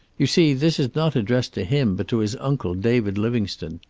you see, this is not addressed to him, but to his uncle, david livingstone.